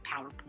powerpoint